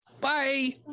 Bye